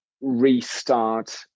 restart